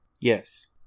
Yes